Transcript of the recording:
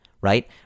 right